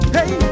Hey